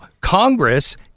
Congress